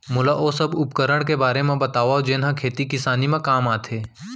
मोला ओ सब उपकरण के बारे म बतावव जेन ह खेती किसानी म काम आथे?